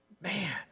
Man